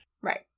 right